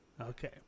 Okay